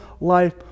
life